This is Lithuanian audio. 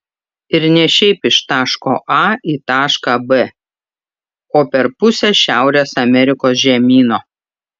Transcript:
ir ne šiaip iš taško a į tašką b o per pusę šiaurės amerikos žemyno